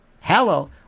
Hello